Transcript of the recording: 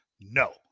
No